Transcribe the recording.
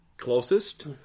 Closest